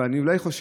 אבל אני חושב,